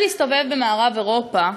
יצא לי להסתובב במערב-אירופה,